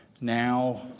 now